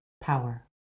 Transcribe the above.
power